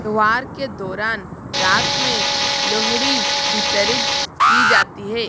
त्यौहार के दौरान रात में लोहड़ी वितरित की जाती है